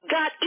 God